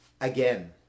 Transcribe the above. again